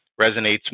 resonates